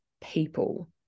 people